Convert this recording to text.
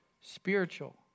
spiritual